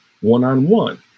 one-on-one